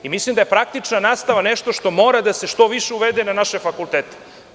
Mislim da je praktična nastava nešto što mora da se što više uvede na naše fakultete.